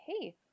hey